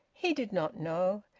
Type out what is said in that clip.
he did not know.